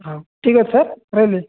ହଉ ଠିକ୍ ଅଛି ସାର୍ ରହିଲି